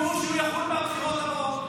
אגב, אף פעם לא ראיתי אותו באירועי ש"ס.